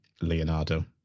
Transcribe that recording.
Leonardo